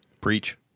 Preach